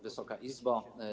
Wysoka Izbo!